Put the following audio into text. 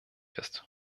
ist